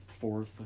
fourth